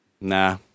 nah